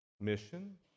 mission